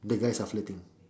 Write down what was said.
the guys are flirting